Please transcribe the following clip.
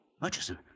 Murchison